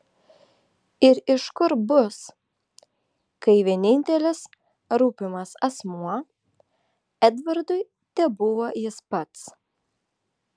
ir iš kur bus kai vienintelis rūpimas asmuo edvardui tebuvo jis pats